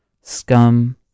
Scum